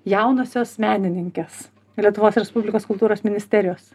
jaunosios menininkės lietuvos respublikos kultūros ministerijos